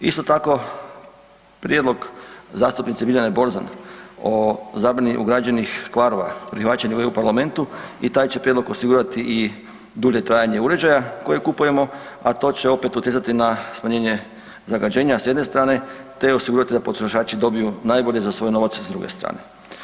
Isto tako prijedlog zastupnice Biljane Borzan o zabrani ugrađenih kvarova prihvaćen je u EU parlamentu i taj će prijedlog osigurati i dulje trajanje uređaja koje kupujemo, a to će opet utjecati na smanjenje zagađenja s jedne strane te osigurati da potrošači dobiju najbolje za svoj novac s druge strane.